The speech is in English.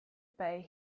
pay